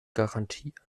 garantieren